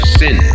sin